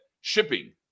shipping